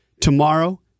Tomorrow